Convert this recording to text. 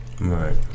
Right